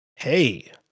Hey